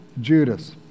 Judas